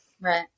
Right